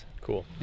cool